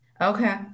Okay